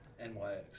NYX